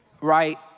right